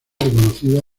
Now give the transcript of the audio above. reconocida